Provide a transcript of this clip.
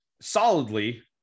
solidly